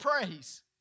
praise